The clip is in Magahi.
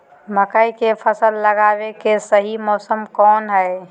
मकई के फसल लगावे के सही मौसम कौन हाय?